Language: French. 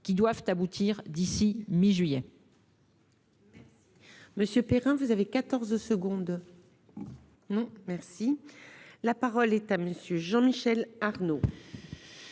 qui doivent aboutir d'ici à mi-juillet.